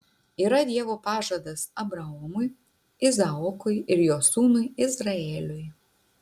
yra dievo pažadas abraomui izaokui ir jo sūnui izraeliui